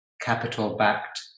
capital-backed